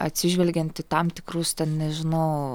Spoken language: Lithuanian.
atsižvelgiant į tam tikrus ten nežinau